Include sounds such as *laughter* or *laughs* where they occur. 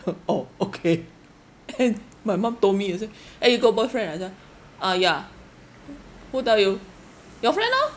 oh okay *laughs* and *laughs* my mum told me you see eh you got boyfriend ah that time uh yeah who tell you your friend lor